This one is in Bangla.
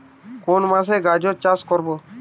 কোন মাসে গাজর চাষ করব?